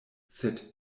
sed